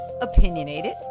Opinionated